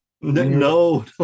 No